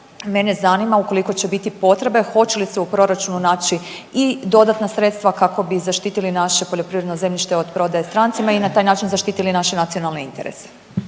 Mene zanima ukoliko će biti potrebe hoće li se u proračunu naći i dodatna sredstva kako bi zaštitili naše poljoprivredno zemljište od prodaje strancima i na taj način zaštitili naše nacionalne interese.